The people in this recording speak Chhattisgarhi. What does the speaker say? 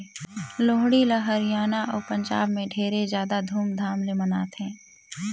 लोहड़ी ल हरियाना अउ पंजाब में ढेरे जादा धूमधाम ले मनाथें